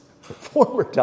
former